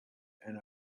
and